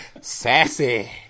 Sassy